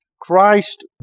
Christ